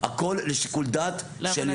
הכול לשיקול דעת של היועצת המשפטית.